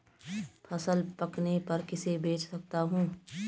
फसल पकने पर किसे बेच सकता हूँ?